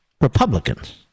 republicans